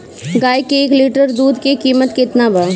गाए के एक लीटर दूध के कीमत केतना बा?